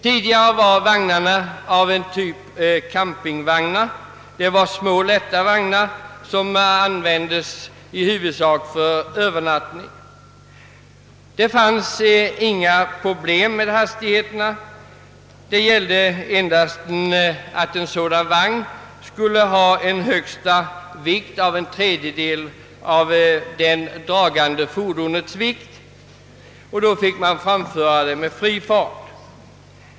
Tidigare var vagnarna av en typ, campingvagnar, som var små och lätta och som användes i huvudsak för övernattning. Hastighetsbestämmelserna i fråga om dessa vagnar utgjorde inget problem. Då gällde endast att en sådan vagn skulle ha en högsta vikt av en tredjedel av det dragande fordonets vikt. Då fick man framföra fordonet med fri fart.